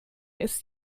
ist